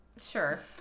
Sure